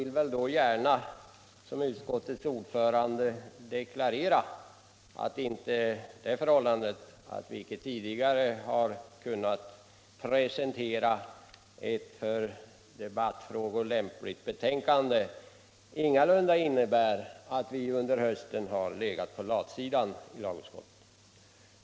Jag vill gärna som utskottets ordförande deklarera att det förhållandet att vi icke tidigare har kunnat presentera ett för debatt lämpligt betänkande ingalunda innebär att vi under hösten har legat på latsidan i lagutskottet.